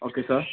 okay sir